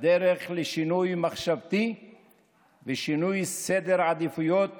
בדרך לשינוי מחשבתי ושינוי סדר העדיפויות